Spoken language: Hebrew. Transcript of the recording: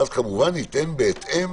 ואז כמובן ניתן בהתאם